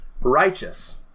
Righteous